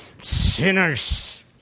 sinners